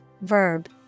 verb